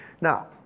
Now